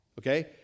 okay